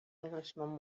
englishman